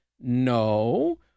No